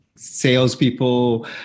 Salespeople